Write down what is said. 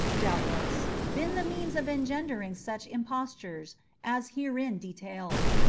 doubtless, been the means of engendering such impostures as herein detailed.